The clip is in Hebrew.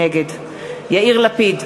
נגד יאיר לפיד,